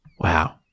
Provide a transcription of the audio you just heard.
Wow